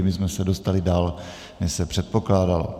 My jsme se dostali dál, než se předpokládalo.